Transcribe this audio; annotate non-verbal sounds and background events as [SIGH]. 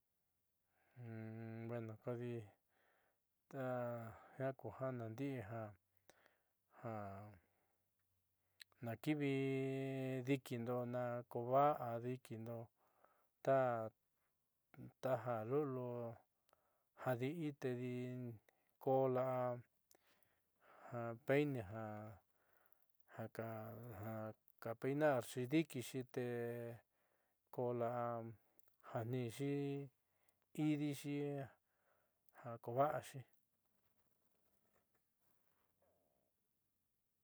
[HESITATION] bueno kodi jiaa kuja naandi'i ja ja naakiivi di'ikindo na kava'a diikindo ta taja lu'uliu jadi'i tedi ko la'a perne ja kapeinarxi di'ikixi tee koo la'a ja tniinxi iidixi ja kova'axi.